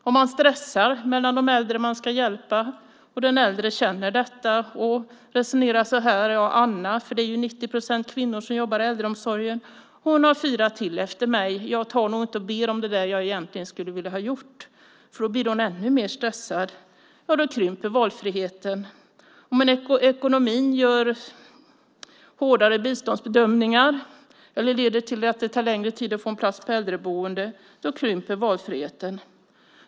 Om man stressar mellan de äldre man ska hjälpa och de äldre känner detta kan de resonera så här: Anna - det är ju 90 procent kvinnor som jobbar i äldreomsorgen - har fyra till efter mig. Jag ber nog inte om det jag egentligen skulle vilja ha gjort, för då blir hon ännu mer stressad. Då krymper valfriheten. Om ekonomin gör att det blir hårdare biståndsbedömningar eller leder till att det tar längre tid att få en plats på äldreboendet krymper valfriheten.